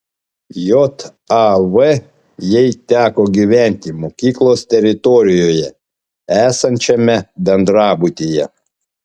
jav jai teko gyventi mokyklos teritorijoje esančiame bendrabutyje